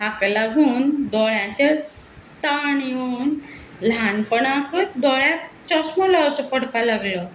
हाका लागून दोळ्यांचेर ताण येवन ल्हानपणाकत दोळ्यांक चश्मो लावचो पडपा लागलो